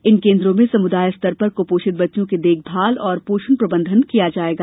इन केन्द्रों मे समुदाय स्तर पर कुपोषित बच्चों की देखभाल और पोषण प्रबंधन किया जाएगा